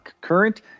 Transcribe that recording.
current